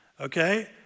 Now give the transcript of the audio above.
okay